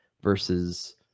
versus